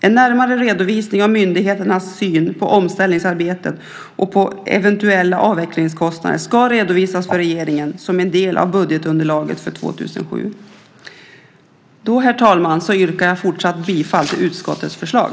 En närmare redovisning av myndigheternas syn på omställningsarbetet och på eventuella avvecklingskostnader ska redovisas för regeringen som en del av budgetunderlaget för 2007. Herr talman! Jag yrkar fortsatt bifall till utskottets förslag.